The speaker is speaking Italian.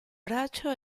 braccio